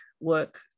work